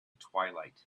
twilight